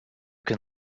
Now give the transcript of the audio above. can